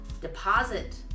deposit